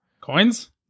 coins